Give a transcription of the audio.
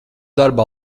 darbā